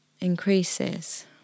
increases